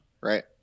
Right